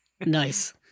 Nice